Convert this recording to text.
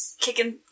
kicking